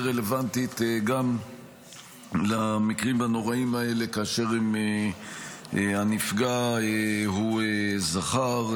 רלוונטית למקרים הנוראיים האלה גם כאשר הנפגע הוא זכר,